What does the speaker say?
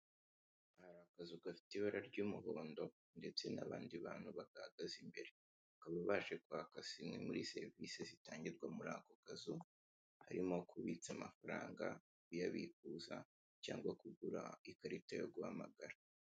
Akazu gafite ibara ry'umuhondo ndetse n'abandi bantu bagahagaze imbere bakaba baje kwaka zimwe muri serivise zitangirwa muri ako kazu harimo kubitsa amafaranga, kuyabikuza cyangwa kugura ikarita yo guhamagara.